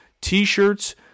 t-shirts